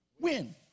win